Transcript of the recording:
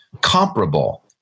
comparable